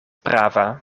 prava